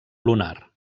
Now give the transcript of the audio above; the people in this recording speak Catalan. lunar